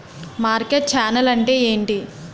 Market channel అంటే ఏంటి?